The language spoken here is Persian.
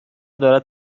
دارد